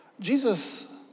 Jesus